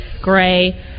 gray